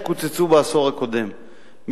שקוצצו בעשור הקודם,